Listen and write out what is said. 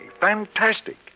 Fantastic